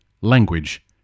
language